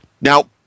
Now